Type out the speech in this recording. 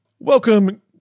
Welcome